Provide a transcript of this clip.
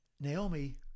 Naomi